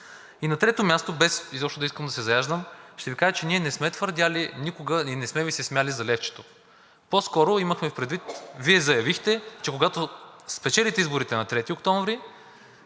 И на трето място, без изобщо да искам да се заяждам, ще Ви кажа, че не сме твърдели никога и не сме Ви се смели за левчето. По-скоро имахме предвид, Вие заявихте, че когато спечелите изборите на 3 октомври,